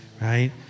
right